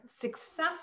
success